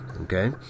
okay